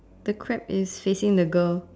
the crab is facing the girl